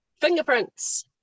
fingerprints